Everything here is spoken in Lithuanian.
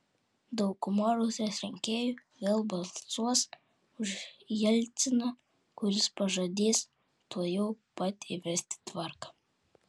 dauguma rusijos rinkėjų vėl balsuos už jelciną kuris pažadės tuojau pat įvesti tvarką